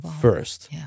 first